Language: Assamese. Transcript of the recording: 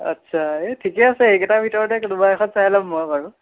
আচ্ছা এই ঠিকেই আছে এইকেইটাৰ ভিতৰতে কোনোবা এখন চাই ল'ম মই বাৰু